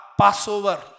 Passover